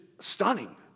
stunning